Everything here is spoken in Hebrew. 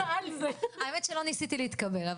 זה באמת לא נושא לחוק ההסדרים.